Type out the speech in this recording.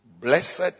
Blessed